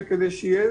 כדי שיהיה